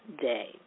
day